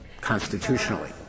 constitutionally